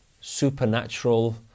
supernatural